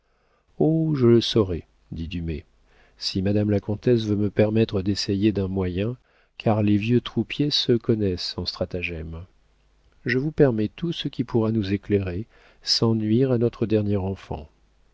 je le saurai dit dumay si madame la comtesse veut me permettre d'essayer d'un moyen car les vieux troupiers se connaissent en stratagèmes je vous permets tout ce qui pourra nous éclairer sans nuire à notre dernier enfant